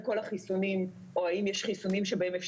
על אף שממש